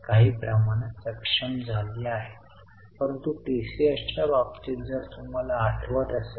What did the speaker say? म्हणून मी आशा करतो की आपणास सर्व कॅश फ्लो स्टेटमेंट समजले असेल